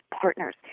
partners